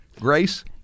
Grace